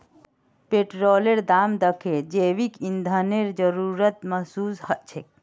पेट्रोलेर दाम दखे जैविक ईंधनेर जरूरत महसूस ह छेक